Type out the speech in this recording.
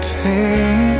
pain